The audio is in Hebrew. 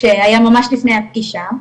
שהיה ממש לפני הפגישה,